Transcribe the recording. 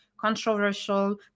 controversial